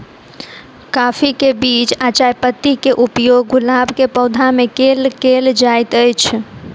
काफी केँ बीज आ चायपत्ती केँ उपयोग गुलाब केँ पौधा मे केल केल जाइत अछि?